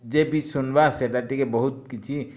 ଯିଏ ବି ଶୁନ୍ବା ସେଟା ଟିକେ ବହୁତ୍ କିଛି